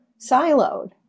siloed